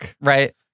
Right